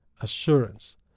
assurance